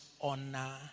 honor